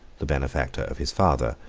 the benefactor of his father,